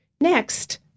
Next